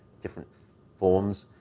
different forms.